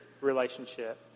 relationship